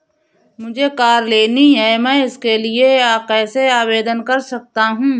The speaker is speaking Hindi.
मुझे कार लेनी है मैं इसके लिए कैसे आवेदन कर सकता हूँ?